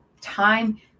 time